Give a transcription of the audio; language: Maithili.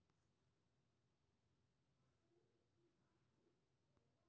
लिफ्ट सिंचाइ मे पानि कें खेत धरि उठाबै लेल यांत्रिक मशीन के जरूरत होइ छै